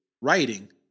writing